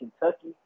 Kentucky